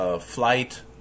flight